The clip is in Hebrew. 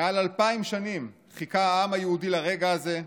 מעל אלפיים שנים חיכה העם היהודי לרגע הזה,